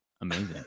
amazing